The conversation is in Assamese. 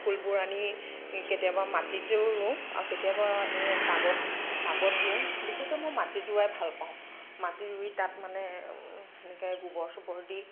ফুলবোৰ আনি কে কেতিয়াবা মাটিটো ৰোও আৰু কেতিয়াবা এনেই টাবত টাবত দিওঁ বিশেষকে মই মাটিত ৰুয়েই ভাল পাওঁ মাটিত ৰুই তাত মানে সেনেকে গোবৰ চোবৰ দি